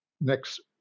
Next